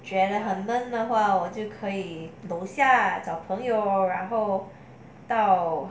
觉得很闷的话我就可以楼下找朋友然后到